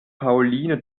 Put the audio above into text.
pauline